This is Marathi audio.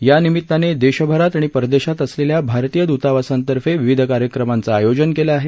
यानिमित्ताने देशभरात आणि परदेशात असलेल्या भारतीय दूतावासांतर्फे विविध कार्यक्रमाचं आयोजन केलं आहे